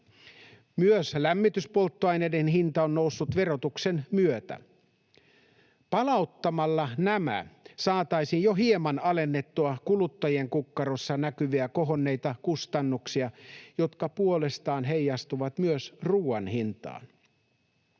Myös lämmityspolttoaineiden hinta on noussut verotuksen myötä. Palauttamalla nämä saataisiin jo hieman alennettua kuluttajien kukkarossa näkyviä kohonneita kustannuksia, jotka puolestaan heijastuvat myös ruuan hintaan.